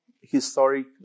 historic